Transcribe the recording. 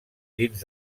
dins